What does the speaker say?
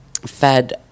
fed